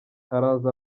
araza